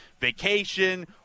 vacation